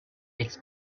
its